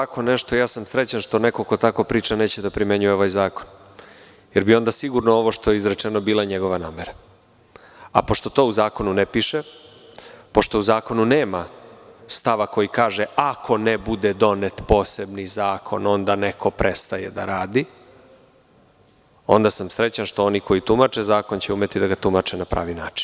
Kad čujem ovako nešto, ja sam srećan što neko ko tako priča neće da primenjuje ovaj zakon, jer bi onda sigurno ovo što je izrečeno bila njegova namera, a pošto to u zakonu ne piše, pošto u zakonu nema stava koji kaže – ako ne bude donet poseban zakon onda neko prestaje da radi, onda sam srećan što oni koji tumače zakon će umeti da ga tumače na pravi način.